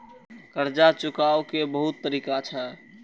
कर्जा चुकाव के बहुत तरीका छै?